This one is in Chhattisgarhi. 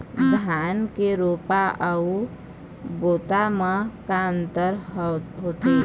धन के रोपा अऊ बोता म का अंतर होथे?